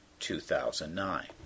2009